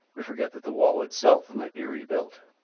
we forget that the wall itself might be rebuilt.